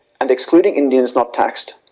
and excluding indians not taxed,